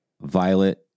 Violet